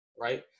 Right